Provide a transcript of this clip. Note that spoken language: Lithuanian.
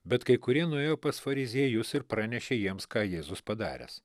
bet kai kurie nuėjo pas fariziejus ir pranešė jiems ką jėzus padaręs